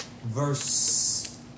Verse